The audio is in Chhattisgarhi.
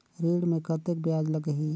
ऋण मे कतेक ब्याज लगही?